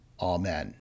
Amen